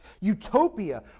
utopia